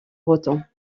breton